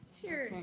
Sure